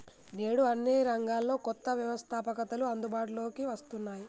నేడు అన్ని రంగాల్లో కొత్త వ్యవస్తాపకతలు అందుబాటులోకి వస్తున్నాయి